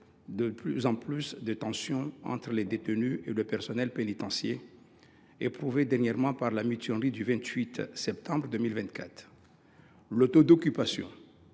de plus en plus de tensions entre les détenus et le personnel pénitentiaire. Ce dernier a été éprouvé par la mutinerie du 28 septembre 2024. Le taux d’occupation